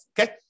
Okay